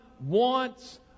wants